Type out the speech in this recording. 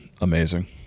Amazing